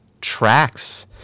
tracks